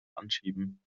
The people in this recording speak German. anschieben